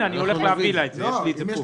אני אתן לה את זה, יש לי את זה פה.